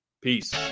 Peace